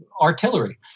artillery